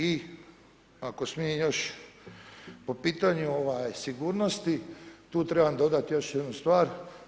I ako smijem još, po pitanju sigurnosti, tu trebam dodat još jednu stvar.